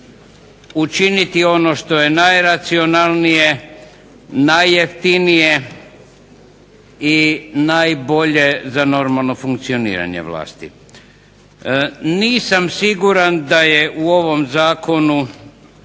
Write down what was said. učiniti ono što je najracionalnije najjeftinije i najbolje za normalno funkcioniranje vlasti. Nisam siguran da je u ovom Zakonu